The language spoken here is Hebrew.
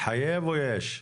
מתחייב או יש?